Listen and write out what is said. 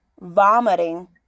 vomiting